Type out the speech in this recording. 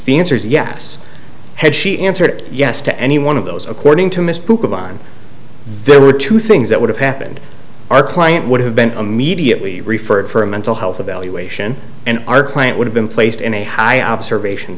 the answer is yes had she answered yes to any one of those according to miss book of on there were two things that would have happened our client would have been immediately referred for a mental health evaluation and our client would have been placed in a high observation